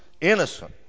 innocent